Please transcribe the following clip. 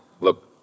Look